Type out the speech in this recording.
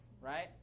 right